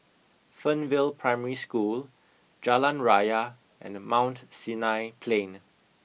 Fernvale Primary School Jalan Raya and Mount Sinai Plain